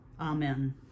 Amen